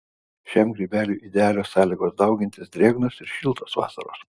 šiam grybeliui idealios sąlygos daugintis drėgnos ir šiltos vasaros